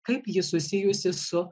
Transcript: kaip ji susijusi su